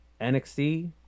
NXT